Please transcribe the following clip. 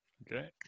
Okay